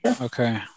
Okay